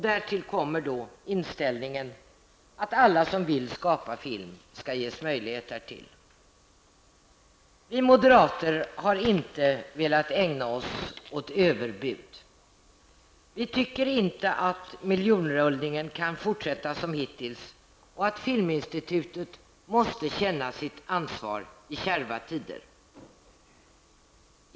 Därtill kommer inställningen att alla som vill skapa film skall ges möjlighet att göra det. Vi moderater har inte velat ägna oss åt överbud. Vi tycker inte att miljonrullningen kan fortsätta som hittills och menar att Filminstitutet måste känna sitt ansvar i kärva tider.